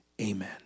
amen